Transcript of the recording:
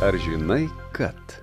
ar žinai kad